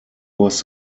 was